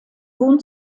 wohnt